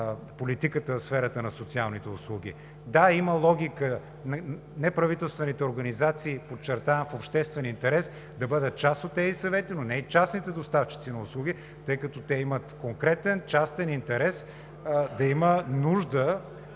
Да, има логика неправителствените организации, подчертавам, в обществен интерес е да бъдат част от тези съвети, но не и частните доставчици на услуги, тъй като те имат конкретен частен интерес да има нужда